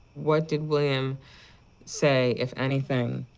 what did william say, if anything,